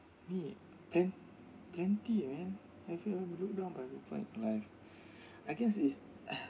me plen~ plenty man have you ever look down by people in life I guess is